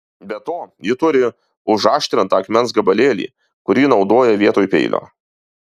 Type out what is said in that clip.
be to ji turi užaštrintą akmens gabalėlį kurį naudoja vietoj peilio